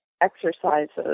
exercises